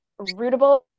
rootable